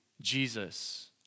Jesus